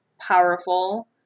powerful